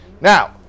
Now